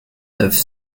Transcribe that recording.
neuf